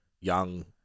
young